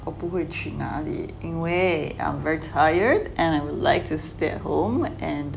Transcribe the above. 我不会去哪里因为 I'm very tired and I would like to stay at home and